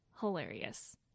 hilarious